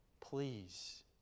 Please